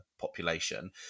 population